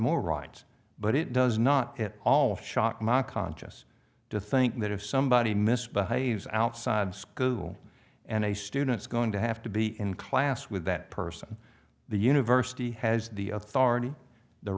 more rights but it does not at all shot my conscious to think that if somebody misbehaves outside of school and a student is going to have to be in class with that person the university has the authority the